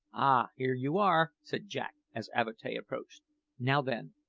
ah, here you are! said jack as avatea approached now, then,